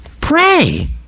Pray